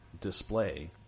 display